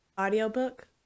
Audiobook